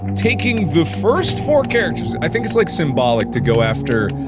taking the first four characters i think it's like symbolic to go after,